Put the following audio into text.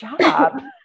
job